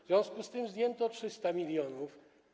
W związku z tym zdjęto 300 mln.